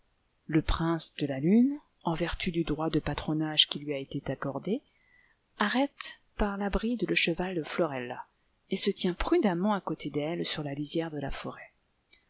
le prince de la lune en vertu du droit de patronage qui lui a été accordé arrête par la bride le cheval de florella et se tient prudemment à côté d'elle sur la lisière de la forêt